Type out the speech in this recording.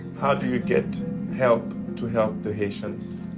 how do you get help to help the haitians?